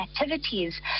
activities